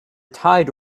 tide